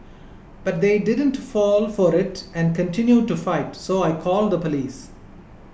but they didn't fall for it and continued to fight so I called the police